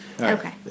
Okay